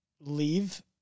leave